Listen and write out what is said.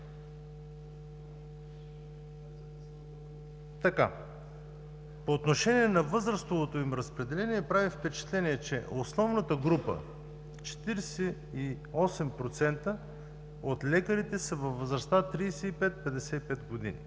По отношение на възрастовото им разпределение прави впечатление, че основната група – 48% от лекарите, са във възрастта 35 – 55 години.